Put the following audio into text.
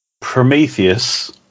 Prometheus